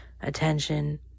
attention